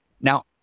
Now